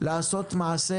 לעשות מעשה